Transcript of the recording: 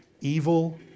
evil